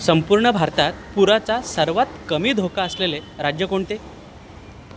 संपूर्ण भारतात पुराचा सर्वात कमी धोका असलेले राज्य कोणते